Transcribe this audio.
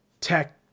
tech